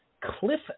Cliff